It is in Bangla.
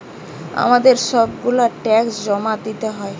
আমাদের সব গুলা ট্যাক্স জমা দিতে হয়